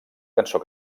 cançó